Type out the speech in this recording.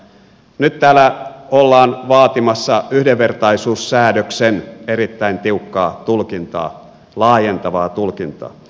nyt täällä ollaan vaatimassa yhdenvertaisuussäädöksen erittäin tiukkaa tulkintaa laajentavaa tulkintaa